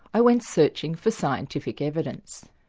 i went searching for scientific evidence.